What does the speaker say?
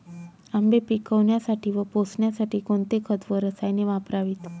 आंबे पिकवण्यासाठी व पोसण्यासाठी कोणते खत व रसायने वापरावीत?